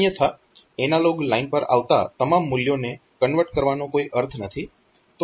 અન્યથા analogue line પર આવતા તમામ મૂલ્યોને કન્વર્ટ કરવાનો કોઈ અર્થ નથી